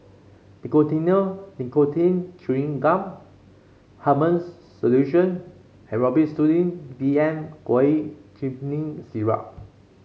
Nicotinell Nicotine Chewing Gum Hartman's Solution and Robitussin D M Syrup